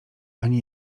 ani